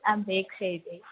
अपेक्षति